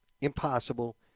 impossible